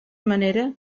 manera